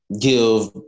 give